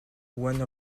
one